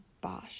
Bosch